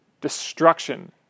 destruction